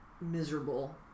miserable